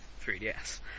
3DS